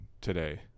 today